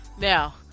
Now